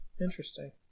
Interesting